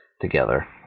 together